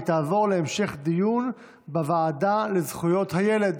והיא תעבור להמשך דיון בוועדה לזכויות הילד.